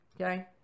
Okay